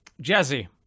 Jesse